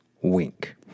wink